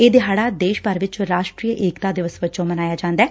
ਇਹ ਦਿਹਾੜਾ ਦੇਸ਼ ਭਰ ਵਿਚ ਰਾਸਟਰੀ ਏਕਤਾ ਦਿਵਸ ਵਜੋਂ ਮਨਾਇਆ ਜਾਂਦੈ